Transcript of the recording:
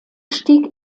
stieg